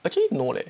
actually no leh